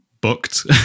booked